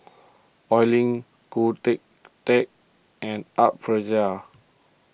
Oi Lin Khoo Teik and Art Fazil